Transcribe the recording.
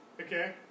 Okay